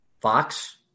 Fox